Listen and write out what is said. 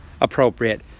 appropriate